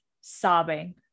sobbing